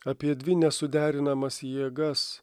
apie dvi nesuderinamas jėgas